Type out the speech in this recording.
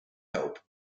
help